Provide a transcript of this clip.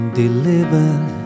delivered